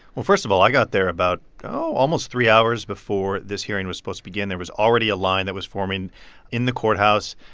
well, first of all, i got there about oh, almost three hours before this hearing was supposed to begin. there was already a line that was forming in the courthouse.